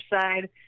side